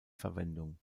verwendung